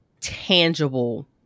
tangible